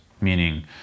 meaning